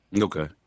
Okay